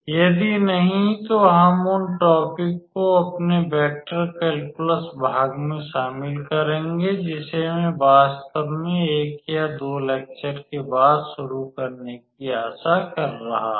यदि नहीं तो हम उन टॉपिक को अपने वेक्टर कैल्कुलस भाग में शामिल करेंगे जिसे मैं वास्तव में एक या दो लैक्चर के बाद शुरू करने की आशा कर रहा हूँ